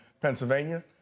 Pennsylvania